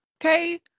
Okay